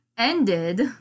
Ended